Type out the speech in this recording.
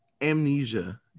amnesia